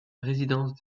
résidence